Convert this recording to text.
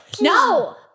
No